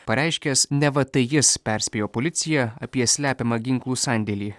pareiškęs neva tai jis perspėjo policiją apie slepiamą ginklų sandėlį